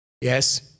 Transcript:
Yes